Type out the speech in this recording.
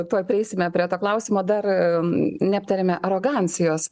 tuoj prieisime prie to klausimo dar neaptarėme arogancijos